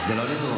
זה לא לדרוס.